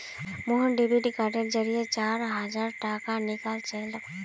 Mohan debit कार्डेर जरिए चार हजार टाका निकलालछोक